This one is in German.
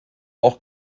auch